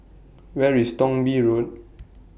Where IS Thong Bee Road